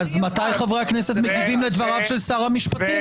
אז מתי חברי הכנסת מגיבים לדבריו של שר המשפטים?